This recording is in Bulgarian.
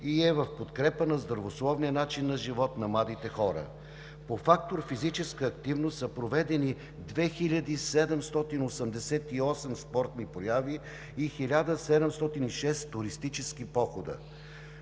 и е в подкрепа на здравословния начин на живот на младите хора. По фактор „Физическа активност“ са проведени 2788 спортни прояви, 1706 туристически похода.